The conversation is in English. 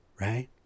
Right